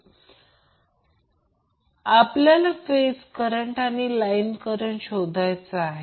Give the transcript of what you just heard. व्होल्टेजसाठी तो cos t cos t 120 o t 120 o कारण करंट लॅग करते अँगल म्हणून येथे दिले आहे हे समजण्यासारखे आहे